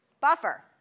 Buffer